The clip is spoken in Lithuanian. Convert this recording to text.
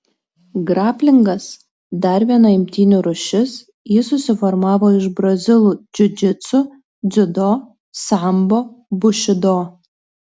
graplingas dar viena imtynių rūšis ji susiformavo iš brazilų džiudžitsu dziudo sambo bušido